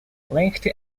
lengthy